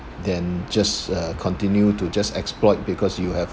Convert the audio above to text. than just uh continue to just exploit because you have